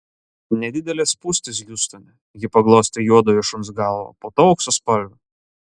nedidelės spūstys hjustone ji paglostė juodojo šuns galvą po to auksaspalvio